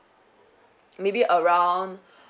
maybe around